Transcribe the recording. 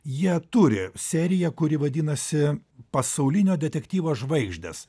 jie turi seriją kuri vadinasi pasaulinio detektyvo žvaigždės